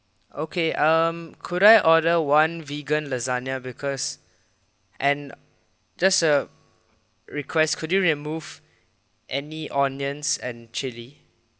okay um could I order one vegan lasagne because and just a request could you remove any onions and chilli